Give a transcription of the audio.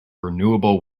renewable